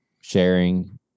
sharing